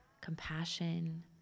compassion